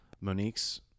Monique's